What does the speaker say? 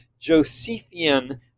Josephian